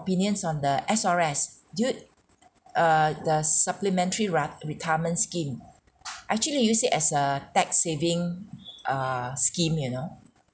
opinions on the S_R_S do you err the supplementary ra~ retirement scheme I actually use it as a tax saving err scheme you know